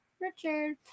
Richard